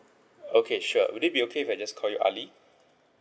okay sure will that be okay if I just called ali